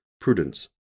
prudence